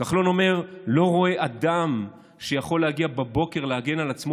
כחלון אומר: "לא רואה אדם שיכול להגיע בבוקר להגן על עצמו